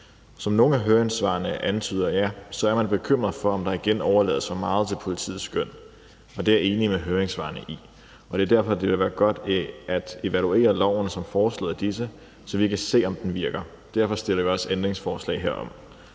Som nogle af høringssvarene antyder, er man bekymret for, om der igen overlades for meget til politiets skøn, og deri er jeg enig med dem, der har afgivet høringssvar, og det er derfor, det ville være godt at evaluere loven som foreslået af disse, så vi kan se, om den virker. Derfor stiller vi også ændringsforslag herom.